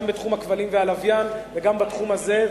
גם בתחום הכבלים והלוויין וגם בתחום הזה.